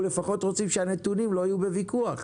לפחות רוצים שהנתונים לא יהיו בוויכוח.